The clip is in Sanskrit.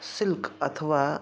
सिल्क् अथवा